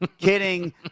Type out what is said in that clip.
Kidding